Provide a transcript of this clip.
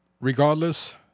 Regardless